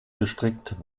gestrickt